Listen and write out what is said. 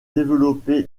développé